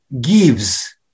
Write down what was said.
gives